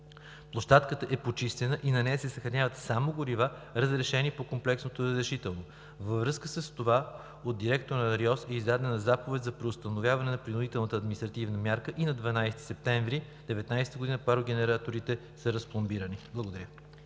площадката е почистена и на нея се съхраняват само горива, разрешени по комплексното разрешително. Във връзка с това от директора на РИОСВ е издадена Заповед за преустановяване на принудителната административна мярка и на 12 септември 2019 г. парогенераторите са разпломбирани. Благодаря.